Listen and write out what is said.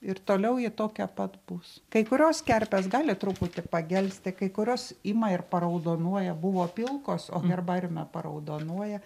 ir toliau ji tokia pat bus kai kurios kerpės gali truputį pagelsti kai kurios ima ir paraudonuoja buvo pilkos o herbariume paraudonuoja